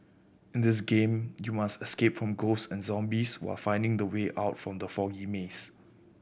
in this game you must escape from ghost and zombies while finding the way out from the foggy maze